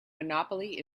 monopoly